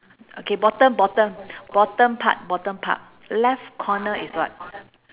okay bottom bottom bottom part bottom part left corner is what